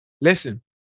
Listen